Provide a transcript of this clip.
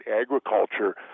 agriculture